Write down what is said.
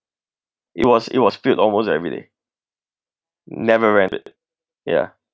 it was it was filled almost everyday never ran it yeah